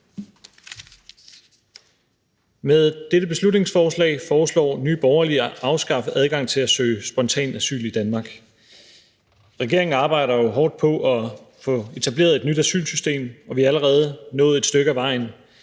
Med dette beslutningsforslag foreslår Nye Borgerlige at afskaffe adgangen til at søge spontant asyl i Danmark. Regeringen arbejder jo hårdt på at få etableret et nyt asylsystem, og vi er allerede nået et stykke ad vejen.